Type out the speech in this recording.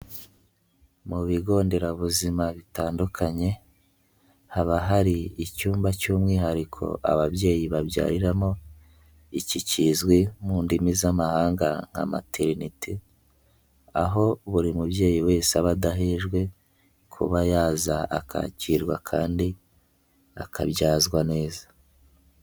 Mu bigo nderabuzima bitandukanye haba hari icyumba cy'umwihariko ababyeyi babyariramo iki kizwi mu ndimi z'amahanga nka materinite, aho buri mubyeyi wese aba adahejwe kuba yaza akakirwa kandi akabyazwa neza.